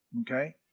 Okay